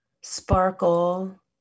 sparkle